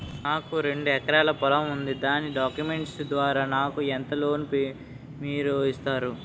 నాకు రెండు ఎకరాల పొలం ఉంది దాని డాక్యుమెంట్స్ ద్వారా నాకు ఎంత లోన్ మీరు ఇస్తారు?